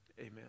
Amen